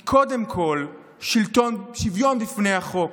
היא קודם כול שוויון בפני החוק,